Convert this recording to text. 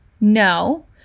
No